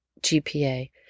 GPA